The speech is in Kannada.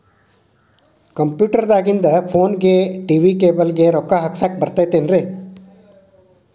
ಕಂಪ್ಯೂಟರ್ ದಾಗಿಂದ್ ಫೋನ್ಗೆ, ಟಿ.ವಿ ಕೇಬಲ್ ಗೆ, ರೊಕ್ಕಾ ಹಾಕಸಾಕ್ ಬರತೈತೇನ್ರೇ?